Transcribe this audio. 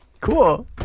Cool